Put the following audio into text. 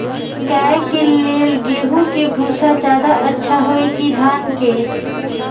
गाय के ले गेंहू के भूसा ज्यादा अच्छा होई की धान के?